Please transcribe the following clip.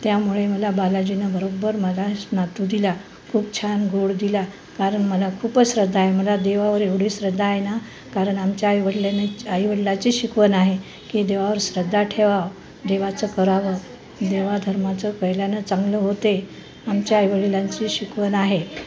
त्यामुळे मला बालाजीना बरोबर मला स् नातू दिला खूप छान गोड दिला कारण मला खूपच श्रद्धा आहे मला देवावर एवढी श्रद्धा आहे ना कारण आमच्या आईवडिलांनी आईवडिलाची शिकवण आहे की देवावर श्रद्धा ठेवा देवाचं करावं देवा धर्माचं कैल्यानं चांगलं होते आमच्या आईवडिलांची शिकवण आहे